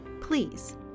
Please